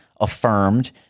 affirmed